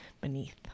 beneath